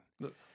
Look